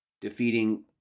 defeating